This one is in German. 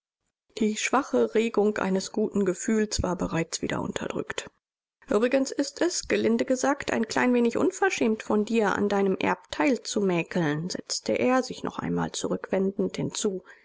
die schwache regung eines guten gefühls war bereits wieder unterdrückt uebrigens ist es gelinde gesagt ein klein wenig unverschämt von dir an deinem erbteil zu mäkeln setzte er sich noch einmal zurückwendend hinzu